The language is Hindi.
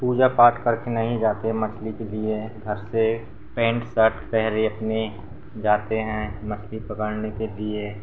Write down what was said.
पूजा पाठ करके नहीं जाते मछली के लिए घर से पैन्ट शर्ट पहन अपने जाते हैं मछली पकड़ने के लिए